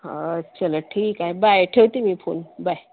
हा चला ठीक आहे बाय ठेवते मी फोन बाय